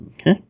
Okay